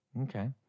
Okay